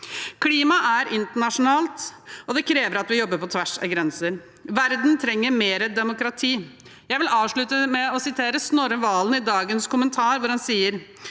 Klima er internasjonalt, og det krever at vi jobber på tvers av grenser. Verden trenger mer demokrati. Jeg vil avslutte med å sitere Snorre Valen i dagens kommentar, hvor han sier: